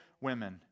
women